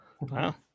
Wow